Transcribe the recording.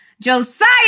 josiah